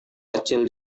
kecil